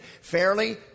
Fairly